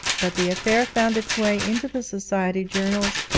but the affair found its way into the society journals,